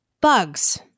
bugs